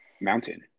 mountain